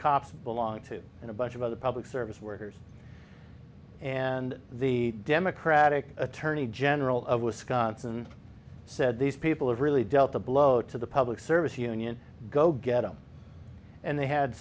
cops belong to and a bunch of other public service workers and the democratic attorney general of wisconsin said these people have really dealt a blow to the public service union go get them and they had